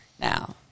now